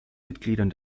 mitgliedern